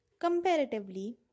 Comparatively